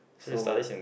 so